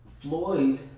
Floyd